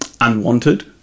unwanted